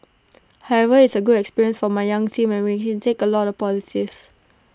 however it's A good experience for my young team and we can take A lot of positives